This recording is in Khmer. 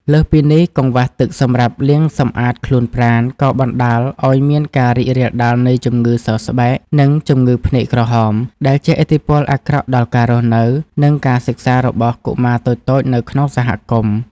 លើសពីនេះ កង្វះទឹកសម្រាប់លាងសម្អាតខ្លួនប្រាណ ក៏បណ្ដាលឱ្យមានការរីករាលដាលនៃជំងឺសើស្បែក និងជំងឺភ្នែកក្រហម ដែលជះឥទ្ធិពលអាក្រក់ដល់ការរស់នៅ និងការសិក្សារបស់កុមារតូចៗនៅក្នុងសហគមន៍។